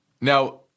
Now